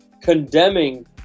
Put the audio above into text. condemning